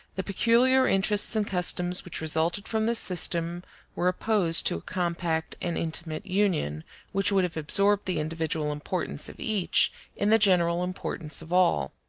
the peculiar interests and customs which resulted from this system were opposed to a compact and intimate union which would have absorbed the individual importance of each in the general importance of all.